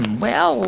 well,